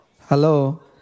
Hello